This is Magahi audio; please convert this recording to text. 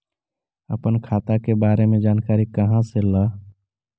अपन खाता के बारे मे जानकारी कहा से ल?